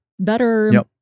better